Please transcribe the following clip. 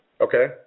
Okay